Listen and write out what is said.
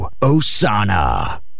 Osana